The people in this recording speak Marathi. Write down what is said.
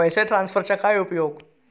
पैसे ट्रान्सफरचा काय उपयोग?